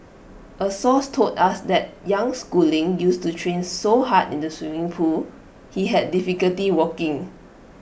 A source told us that young schooling used to train so hard in the swimming pool he had difficulty walking